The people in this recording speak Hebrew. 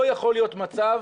לא יכול להיות מצב